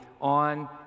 on